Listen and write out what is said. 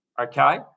Okay